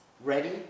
ready